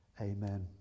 Amen